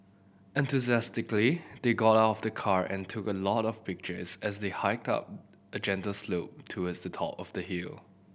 enthusiastically they got out of the car and took a lot of pictures as they hiked up a gentle slope towards the top of the hill